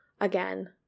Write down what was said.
again